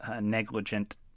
negligent